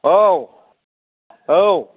औ औ